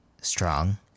strong